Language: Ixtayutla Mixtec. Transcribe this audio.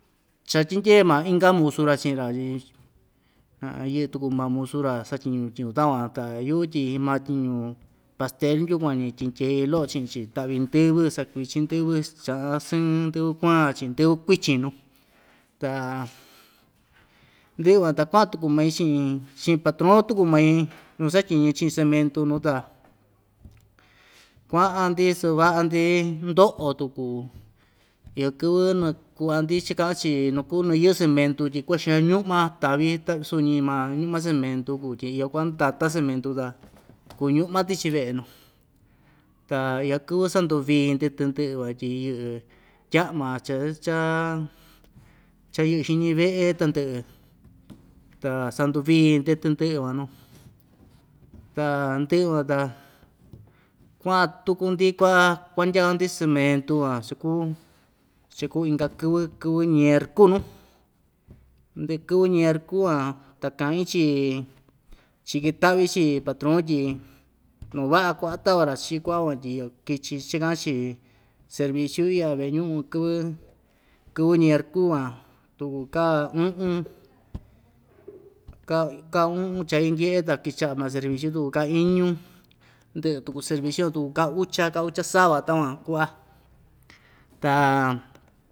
Chatyindye ma inka musu‑ra chi'in‑ra tyi yɨ'ɨ tuku ma musu‑ra satyiñu tyiñu takuan ta yu'u tyi ma tyiñu pastel yukuan‑ñi tyindyei lo'o chi'in‑chi ta'vi ndɨ́vɨ sakuichin ndɨ́vɨ cha'an sɨɨn ndɨ́vɨ kuan chi'in ndɨ́vɨ kuichin nuu ta ndɨ'ɨ van ta kua'an tuku mai chi'in chi'in patron tuku mai nu satyiñi chi'in cementu nu ta kua'an‑ndi sɨva'a‑ndi ndo'o tuku iyo kɨvɨ naku'va‑ndi chika'an‑chi nu kuu nu yɨ'ɨ cementu tyi kua'a xan ñu'ma tavi ta suñi maa ñu'ma cementu kuu tyi iyo ku'va ndata cementu ta kuu ñu'ma tichi ve'e nuu ta iyo kɨvɨ sanduvii‑ndi tɨndɨ'ɨ van tyi yɨ'ɨ tya'ma cha cha‑yɨ'ɨ xiñi ve'e tandɨ'ɨ ta sanduvii‑ndi tandɨ'ɨ van nuu ta ndɨ'ɨ van ta kua'an tuku‑ndi kua kuandyaka‑ndi cementu van cha kuu cha kuu inka kɨvɨ kɨvɨ ñerku nuu ndɨ'ɨ kɨvɨ ñerku van ta ka'in chii chiken ta'vi chii patron tyi nu va'a ku'va tava‑ra chii ku'va van tyi kichi chika'an‑chi serviciu i'ya ve'e ñu'un kɨvɨ kɨvɨ ñerku van tuku ka u'un ka ka u'un chai ndye'e ta kicha'a maa serviciu tuku ka iñu ndɨ'ɨ tuku serviciu ka ucha ka ucha sava takuan ku'a ta.